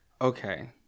Okay